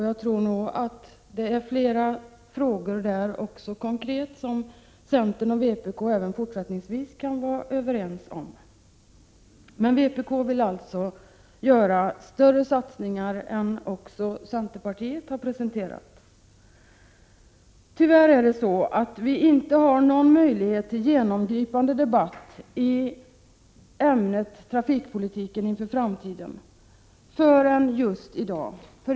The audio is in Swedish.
Det är nog flera konkreta frågor som centern och vpk även fortsättningsvis kan vara överens om, men vpk vill alltså göra större satsningar än de som centern har presenterat. Tyvärr finns det inga möjligheter att föra en genomgripande debatt i ämnet trafikpolitiken inför framtiden förutom just i dag.